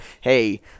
hey